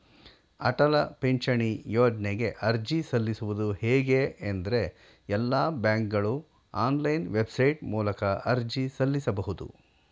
ಅಟಲ ಪಿಂಚಣಿ ಯೋಜ್ನಗೆ ಅರ್ಜಿ ಸಲ್ಲಿಸುವುದು ಹೇಗೆ ಎಂದ್ರೇ ಎಲ್ಲಾ ಬ್ಯಾಂಕ್ಗಳು ಆನ್ಲೈನ್ ವೆಬ್ಸೈಟ್ ಮೂಲಕ ಅರ್ಜಿ ಸಲ್ಲಿಸಬಹುದು